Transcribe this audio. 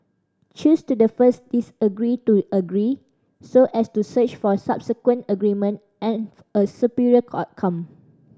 choose to the first disagree to agree so as to search for subsequent agreement and a superior outcome